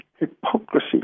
hypocrisy